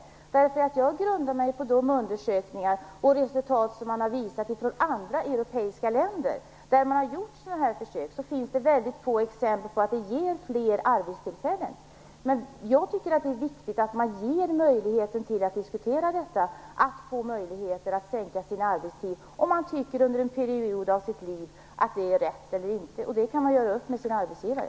Jag grundar mig på resultatet av de undersökningar som har gjorts i andra europeiska länder. Där man har gjort sådana försök finns det väldigt få exempel på att det ger fler arbetstillfällen. Men jag tycker att det är viktigt att man får möjlighet att sänka sin arbetstid om man under en period av sitt liv tycker att det är rätt, och det kan man göra upp med sin arbetsgivare.